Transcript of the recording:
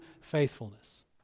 faithfulness